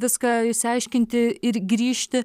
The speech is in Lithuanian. viską išsiaiškinti ir grįžti